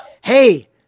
Hey